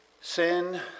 Sin